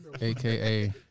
AKA